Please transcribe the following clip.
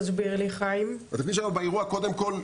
קודם כול,